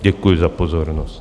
Děkuji za pozornost.